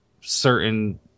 certain